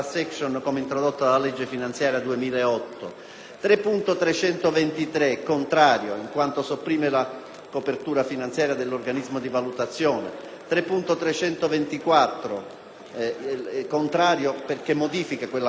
3.323 e 3.325, in quanto sopprimono la copertura finanziaria dell'organismo di valutazione; 3.324, perché modifica quella copertura finanziaria,